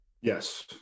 Yes